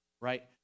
Right